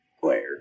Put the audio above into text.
player